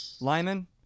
Lyman